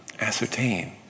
ascertain